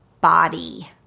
body